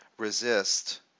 resist